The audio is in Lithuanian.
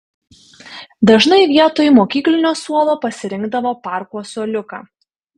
dažnai vietoj mokyklinio suolo pasirinkdavo parko suoliuką